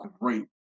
great